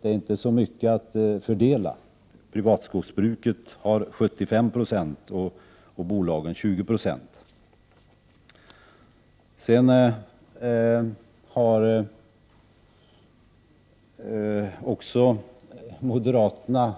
Det är inte så mycket att fördela. Privatskogsbruket har 75 26 och bolagen 20 96. Moderaterna har